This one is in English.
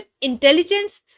intelligence